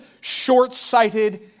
short-sighted